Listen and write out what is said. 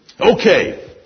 Okay